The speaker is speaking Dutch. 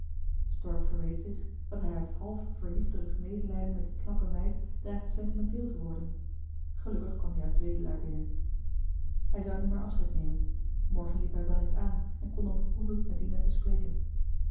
stork verweet zich dat hij uit half verliefderig medelijden met die johan de meester de zonde in het deftige dorp knappe meid dreigde sentimenteel te worden gelukkig kwam juist wedelaar binnen hij zou hu maar afscheid nemen morgen liep hij wel eens aan en kon dan beproeven met dina te spreken